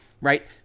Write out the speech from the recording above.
right